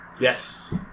Yes